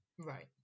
Right